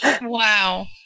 Wow